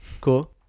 Cool